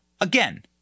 again